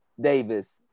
Davis